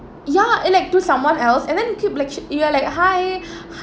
ya and like do someone else and then keep like sh~ we are like hi